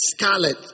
scarlet